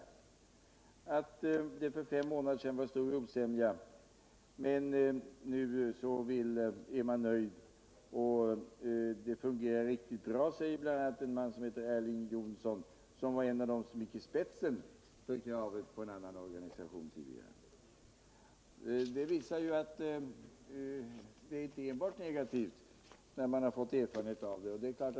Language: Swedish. att det för fem månader sedan var stor osämja men att man nu är nöjd. Det fungerar riktigt bra, säger en man som heter Erling Jonsson och som var en av dem som gick i spetsen för kravet på en annan organisation tidigare. Det visar att inställningen inte enbart är negativ sedan man fått erfarenhet av det nya systemet.